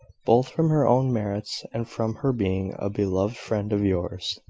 both from her own merits, and from her being a beloved friend of yours.